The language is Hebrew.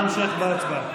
נא המשך בהצבעה.